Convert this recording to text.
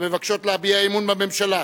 המבקשות להביע אי-אמון בממשלה,